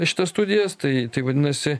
šitas studijas tai tai vadinasi